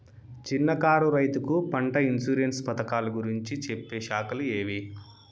చిన్న కారు రైతుకు పంట ఇన్సూరెన్సు పథకాలు గురించి చెప్పే శాఖలు ఏవి?